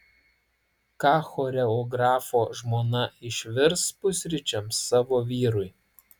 ką choreografo žmona išvirs pusryčiams savo vyrui